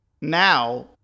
now